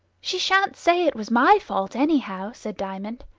she shan't say it was my fault, anyhow! said diamond.